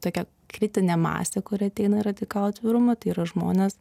tokia kritinė masė kuri ateina į radikalų atvirumą tai yra žmonės